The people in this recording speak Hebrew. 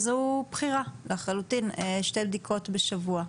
זו בחירה לחלוטין של שתי בדיקות לשבוע.